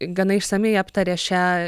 gana išsamiai aptarė šią